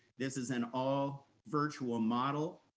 this is an all virtual model,